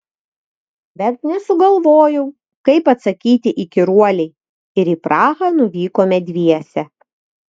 bet nesugalvojau kaip atsakyti įkyruolei ir į prahą nuvykome dviese